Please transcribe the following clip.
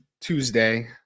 Tuesday